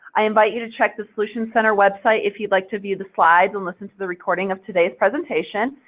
i invite you to check the solutions center website if you'd like to view the slides and listen to the recording of today's presentation,